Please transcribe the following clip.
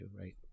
right